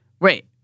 Wait